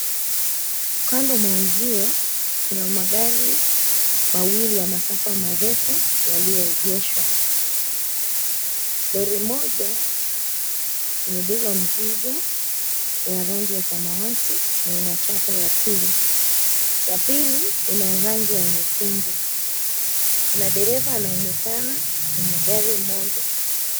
Kando mwa uzio kuna magari mawili ya masafa marefu yaliyoegeshwa. Lori moja imebeba mzigo wa rangi ya samawati na ina chapa ya pili. Ya pili ina rangi ya nyekundu. Kuna dereva anaonekana kwenye gari moja.